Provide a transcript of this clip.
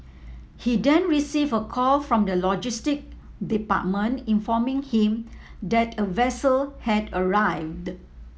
he then received a call from the logistic department informing him that a vessel had arrived